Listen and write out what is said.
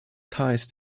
ties